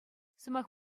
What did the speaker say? сӑмах